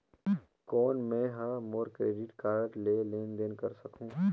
कौन मैं ह मोर क्रेडिट कारड ले लेनदेन कर सकहुं?